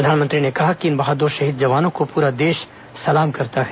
प्रधानमंत्री ने कहा है कि इन बहादुर शहीद जवानों को पूरा देश सलाम करता है